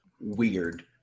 weird